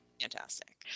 fantastic